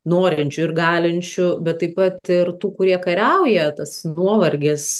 norinčių ir galinčių bet taip pat ir tų kurie kariauja tas nuovargis